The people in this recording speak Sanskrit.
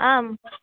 आम्